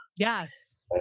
Yes